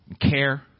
care